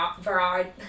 variety